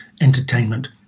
entertainment